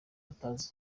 atazi